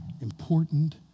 important